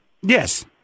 Yes